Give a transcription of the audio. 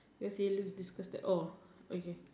cause he looks disgusted oh okay